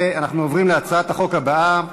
אנחנו עוברים להצעת החוק הבאה: